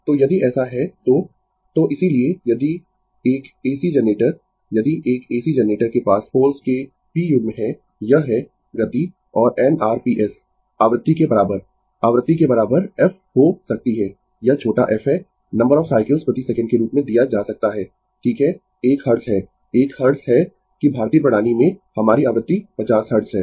तो यदि ऐसा है तो तो इसीलिए यदि एक AC जनरेटर यदि एक AC जनरेटर के पास पोल्स के p युग्म है यह है गति और n r p s आवृत्ति के बराबर आवृत्ति के बराबर f हो सकती है यह छोटा f है नंबर ऑफ साइकल्स प्रति सेकंड के रूप में दिया जा सकता है ठीक है एक हर्ट्ज है एक हर्ट्ज है कि भारतीय प्रणाली में हमारी आवृत्ति 50 हर्ट्ज है